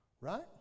Right